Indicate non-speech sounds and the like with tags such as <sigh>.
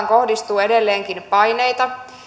<unintelligible> kohdistuu edelleenkin paineita